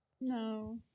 No